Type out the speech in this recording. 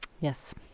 Yes